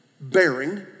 bearing